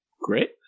Great